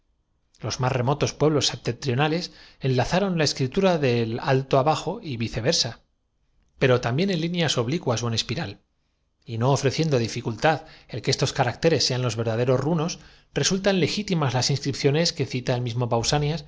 ó más remotos pueblos septentrionales enlazaron la es rúnicas en renglones curvos reuniendo las líneas de critura de alto abajo y vice versa pero también en líi neas oblicuas ó en espiral y no ofreciendo dificultad que cuando escriben muchas lineas vuelven de dere cha á izquierda esta dirección es la el que estos caracteres sean los verdaderos runos re que empleaban los ílunnos sultan legítimas las inscripciones que cita el mismo